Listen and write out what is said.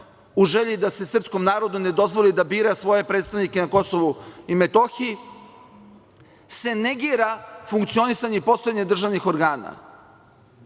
u želji da se srpskom narodu ne dozvoli da bira svoje predstavnike na Kosovu i Metohiji, se negira funkcionisanje i postojanje državnih organa.